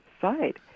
side